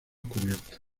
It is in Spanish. cubiertas